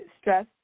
stress